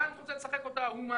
גנץ רוצה לשחק אותה הומני,